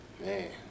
Man